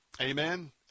Amen